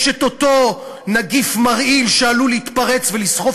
יש אותו נגיף מרעיל שעלול להתפרץ ולסחוף